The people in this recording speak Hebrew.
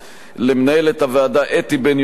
למנהלת הוועדה אתי בן-יוסף,